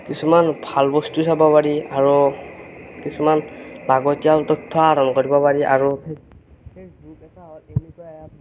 কিছুমান ভাল বস্তু চাব পাৰি আৰু কিছুমান লাগতিয়াল তথ্য আহৰণ কৰিব পাৰি আৰু